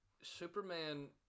Superman